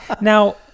Now